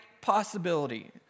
possibility